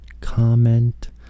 Comment